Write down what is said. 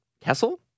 kessel